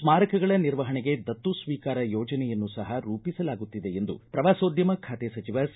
ಸ್ಥಾರಕಗಳ ನಿರ್ವಹಣೆಗೆ ದತ್ತು ಸ್ವೀಕಾರ ಯೋಜನೆಯನ್ನೂ ಸಹ ರೂಪಿಸಲಾಗುತ್ತಿದೆ ಎಂದು ಪ್ರವಾಸೋದ್ಯಮ ಖಾತೆ ಸಚಿವ ಸಿ